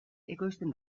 ekoizten